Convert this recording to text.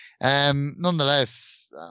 nonetheless